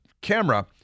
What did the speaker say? Camera